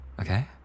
okay